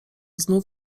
znów